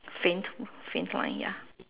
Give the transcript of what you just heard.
faint faint line ya